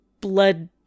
blood